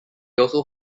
also